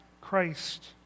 Christ